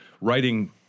writing